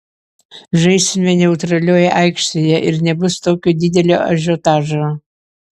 žaisime neutralioje aikštėje ir nebus tokio didelio ažiotažo